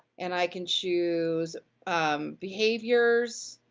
and i can choose behaviors,